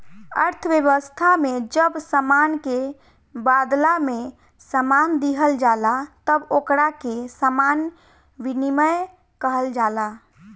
अर्थव्यवस्था में जब सामान के बादला में सामान दीहल जाला तब ओकरा के सामान विनिमय कहल जाला